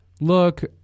look